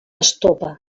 estopa